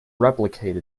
replicate